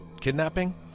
kidnapping